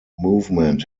movement